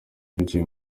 biciye